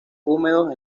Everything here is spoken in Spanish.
húmedos